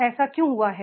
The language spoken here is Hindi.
ऐसा क्यों हुआ है